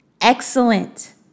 Excellent